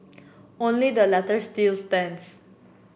only the latter still stands